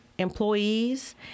employees